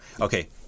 okay